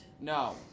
No